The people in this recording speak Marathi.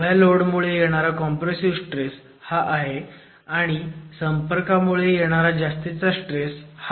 उभ्या लोड मुळे येणारा कॉम्प्रेसिव्ह स्ट्रेस हा आहे आणि संपर्कामुळे येणारा जास्तीचा स्ट्रेस हा आहे